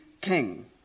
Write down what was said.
king